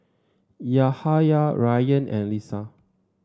Yahaya Ryan and Lisa